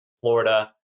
Florida